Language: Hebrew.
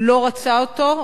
לא רצה אותו,